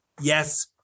Yes